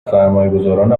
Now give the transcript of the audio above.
سرمایهگذاران